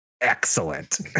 excellent